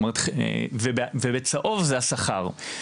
ובצהוב זה השכר.